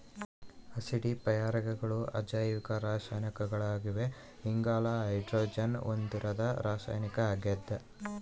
ಆಸಿಡಿಫೈಯರ್ಗಳು ಅಜೈವಿಕ ರಾಸಾಯನಿಕಗಳಾಗಿವೆ ಇಂಗಾಲ ಹೈಡ್ರೋಜನ್ ಹೊಂದಿರದ ರಾಸಾಯನಿಕ ಆಗ್ಯದ